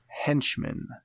Henchmen